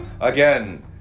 again